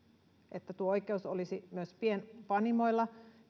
että tuo oikeus olisi myös pienpanimoilla